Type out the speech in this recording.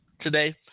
today